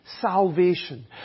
salvation